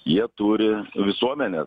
jie turi visuomenė